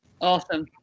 Awesome